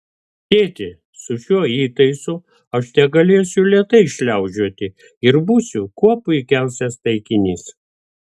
tėti su šiuo įtaisu aš tegalėsiu lėtai šliaužioti ir būsiu kuo puikiausias taikinys